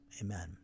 Amen